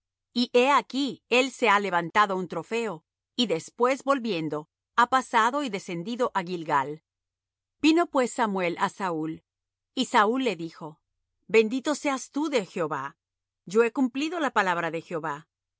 y he aquí él se ha levantado un trofeo y después volviendo ha pasado y descendido á gilgal vino pues samuel á saúl y saúl le dijo bendito seas tu de jehová yo he cumplido la palabra de jehová